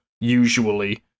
usually